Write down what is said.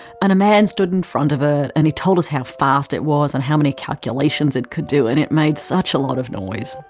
and a man stood in front of ah it, and told us how fast it was, and how many calculations it could do. and it made such a lot of noise,